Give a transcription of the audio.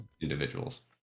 individuals